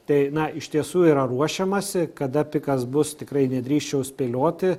tai iš tiesų yra ruošiamasi kada pikas bus tikrai nedrįsčiau spėlioti